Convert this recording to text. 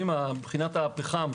מבחינת הפחם,